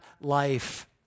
life